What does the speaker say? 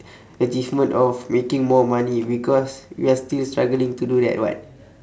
achievement of making more money because we are still struggling to do that [what]